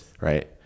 Right